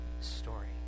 story